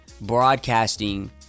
broadcasting